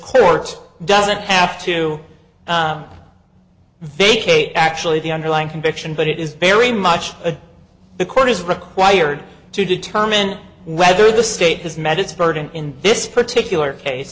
court doesn't have to vacate actually the underlying conviction but it is very much the court is required to determine whether the state has met its burden in this particular case